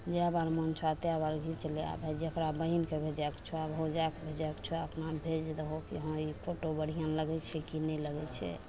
जै बेर मोन छऽ तै बेर घिचि ले भाइ जकरा बहिनके भेजैके छऽ भौजाइके भेजैके छऽ अपना भेज देबहो कि हँ ई फोटो बढ़िआँ लागै छै कि नहि लागै छै